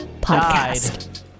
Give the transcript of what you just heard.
Podcast